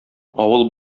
авыл